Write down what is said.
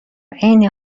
عین